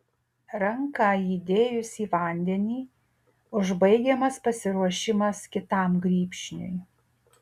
ranką įdėjus į vandenį užbaigiamas pasiruošimas kitam grybšniui